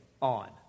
on